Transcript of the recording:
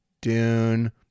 Dune